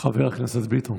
חבר הכנסת ביטון.